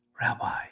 Rabbi